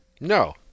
No